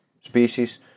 species